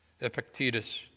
Epictetus